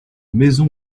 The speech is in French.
maison